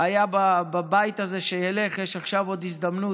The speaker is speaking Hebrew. היה בבית הזה, שילך, יש עכשיו עוד הזדמנות.